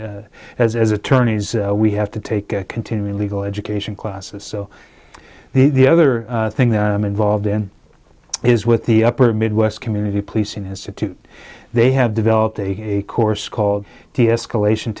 s attorneys we have to take a continuing legal education classes so the other thing that i'm involved in is with the upper midwest community policing institute they have developed a course called the escalation